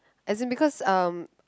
as in because um